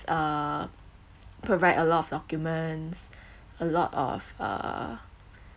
uh provide a lot of documents a lot of uh